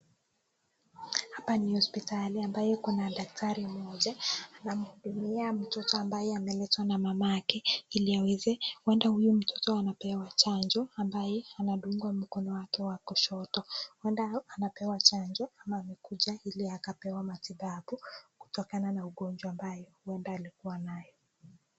Hapa ni hospitali ambayo kuna daktari moja anahudumia mtoto ambaye ameletwa na mama yake ili aweze, huenda huyo mtoto anapewa chanjo ambaye anadungwa mkono wake wa kushoto huenda anapewa chanjo ama amekuja ili akapewa matibabu kutokana na ugonjwa ambayo huenda alikuwa nayo.